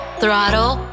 throttle